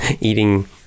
Eating